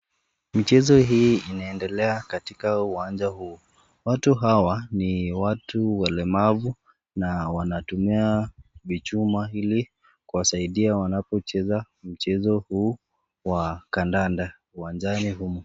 Michezo hii inaendelea katika uwanja huu. Watu hawa, ni watu walemavu na wanatumia vichuma ili kuwasaidia wanapocheza mchezo, huu wa kandanda uwanjani humu.